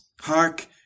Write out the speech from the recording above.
Hark